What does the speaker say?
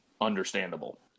understandable